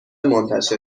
منتشر